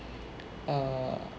err